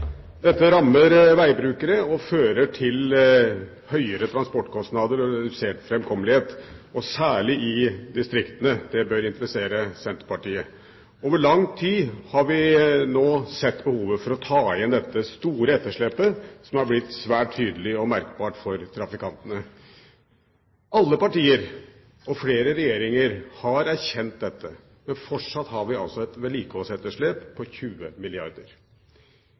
Dette rammer vegbrukere og fører til høyere transportkostnader og redusert framkommelighet, særlig i distriktene. Det bør interessere Senterpartiet. Over lang tid har vi nå sett behovet for å ta igjen dette store etterslepet som har blitt svært tydelig og merkbart for trafikantene. Alle partier og flere regjeringer har erkjent dette, men fortsatt har vi altså et vedlikeholdsetterslep på 20 milliarder